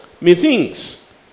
Methinks